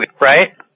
right